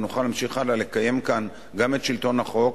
ונוכל להמשיך הלאה לקיים כאן גם את שלטון החוק,